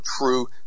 true